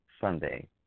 Sunday